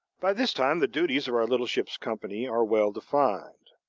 by this time, the duties of our little ship's company are well defined.